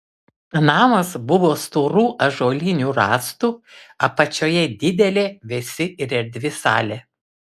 namas buvo storų ąžuolinių rąstų apačioje didelė vėsi ir erdvi salė